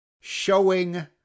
showing